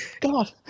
god